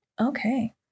Okay